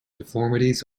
deformities